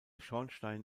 schornstein